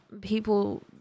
people